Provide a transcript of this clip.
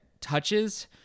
touches